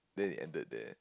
then he ended there